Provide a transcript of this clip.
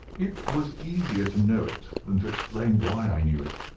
it was easier to know it than to explain why i knew it.